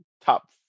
top